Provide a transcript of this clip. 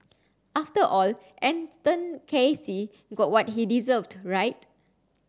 after all Anton Casey got what he deserved right